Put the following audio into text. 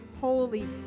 holy